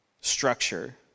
structure